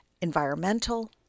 environmental